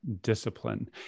discipline